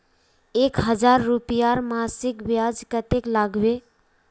एक हजार रूपयार मासिक ब्याज कतेक लागबे?